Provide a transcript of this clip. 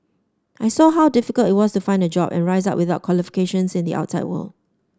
I saw how difficult it was to find a job and rise up without qualifications in the outside world